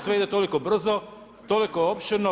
Sve ide toliko brzo, toliko opširno.